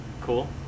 cool